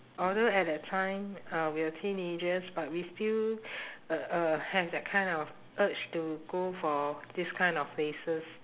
although at that time uh we're teenagers but we still uh uh have that kind of urge to go for these kind of places